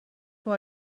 بار